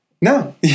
No